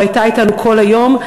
הייתה אתנו כל היום,